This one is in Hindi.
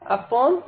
15